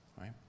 right